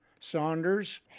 Saunders